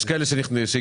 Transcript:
יש כאלה שייכנסו.